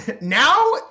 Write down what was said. now